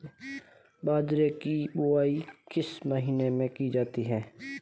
बाजरे की बुवाई किस महीने में की जाती है?